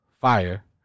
fire